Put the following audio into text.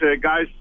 guys